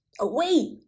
Away